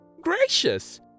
gracious